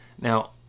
now